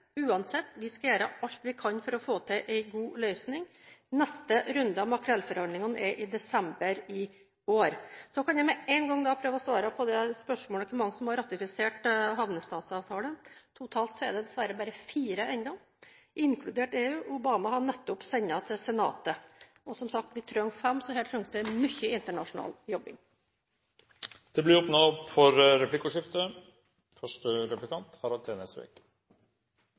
Vi skal uansett gjøre alt vi kan for å få til en god løsning. Neste runde av makrellforhandlingene er i desember i år. Så kan jeg med en gang prøve å svare på spørsmålet om hvor mange som har ratifisert havnestatsavtalen. Totalt er det bare fire ennå, dessverre, inkludert EU. Obama har nettopp sendt den til senatet. Som sagt trenger vi 25, så her trengs det mye internasjonal jobbing. Det blir åpnet for replikkordskifte.